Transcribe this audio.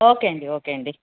okay అండి okay అండి